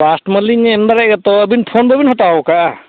customer ᱞᱤᱧ ᱮᱢ ᱫᱟᱲᱮᱭᱟ ᱛᱚ ᱟᱹᱵᱤᱱ ᱯᱷᱳᱱ ᱵᱟᱹᱵᱤᱱ ᱦᱟᱛᱟᱣ ᱠᱟᱜᱼᱟ